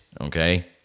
Okay